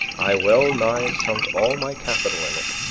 i well-nigh sunk all my capital in it,